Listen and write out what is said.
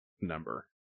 number